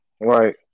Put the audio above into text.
Right